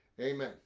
amen